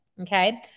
okay